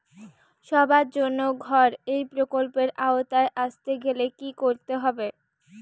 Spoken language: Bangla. সবার জন্য ঘর এই প্রকল্পের আওতায় আসতে গেলে কি করতে হবে?